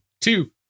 Two